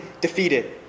defeated